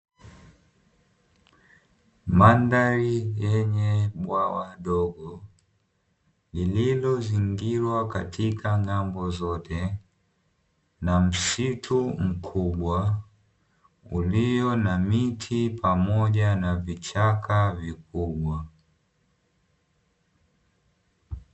Mandhari yenye bwawa dogo, lililozingirwa katika ng'ambo zote na msitu mkubwa ulio na miti pamoja na vichaka vikubwa.